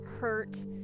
hurt